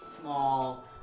small